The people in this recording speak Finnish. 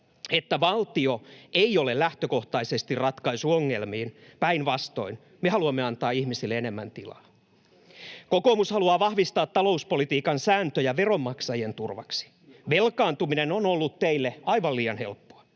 että valtio ei ole lähtökohtaisesti ratkaisu ongelmiin. Päinvastoin, me haluamme antaa ihmiselle enemmän tilaa. Kokoomus haluaa vahvistaa talouspolitiikan sääntöjä veronmaksajien turvaksi. Velkaantuminen on ollut teille aivan liian helppoa.